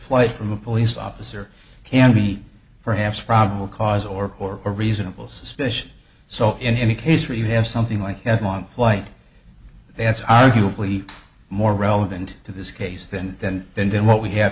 flight from a police officer can be perhaps probable cause or a reasonable suspicion so in any case where you have something like that long white that's arguably more relevant to this case then then then then what we have